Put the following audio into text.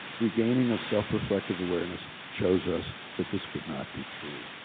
regaining of self-reflective awareness, shows us that this could not be true.